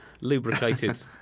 lubricated